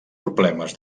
problemes